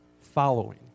following